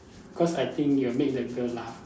cause I think you'll make the girl laugh